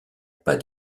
pas